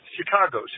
Chicago